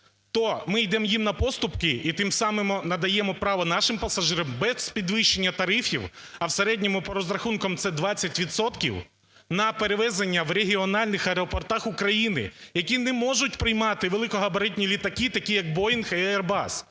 то ми йдемо їм на поступки, і тим самим надаємо право нашим пасажирам без підвищення тарифів, а в середньому по розрахунках це 20 відсотків, на перевезення в регіональних аеропортах України, які не можуть приймати великогабаритні літаки, такі як Boeing і Airbus.